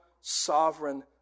sovereign